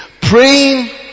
Praying